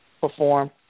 perform